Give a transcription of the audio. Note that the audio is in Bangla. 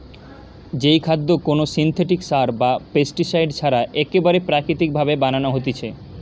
যেই খাদ্য কোনো সিনথেটিক সার বা পেস্টিসাইড ছাড়া একেবারে প্রাকৃতিক ভাবে বানানো হতিছে